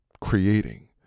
creating